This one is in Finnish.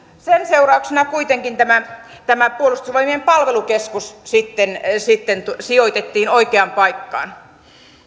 sen seurauksena kuitenkin tämä puolustusvoimien palvelukeskus sitten sitten sijoitettiin oikeaan paikkaan